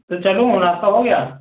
तो चलो नास्ता हो गया